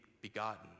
begotten